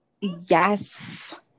Yes